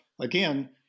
again